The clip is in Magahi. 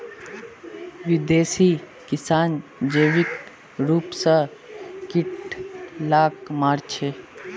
विदेशी किसान जैविक रूप स कीट लाक मार छेक